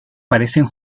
parecen